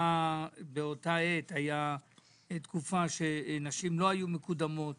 באותה עת נשים לא היו מקודמות,